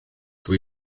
dydw